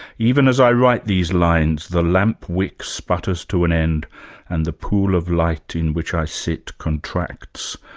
even as i write these lines, the lampwick sputters to an end and the pool of light in which i sit contracts.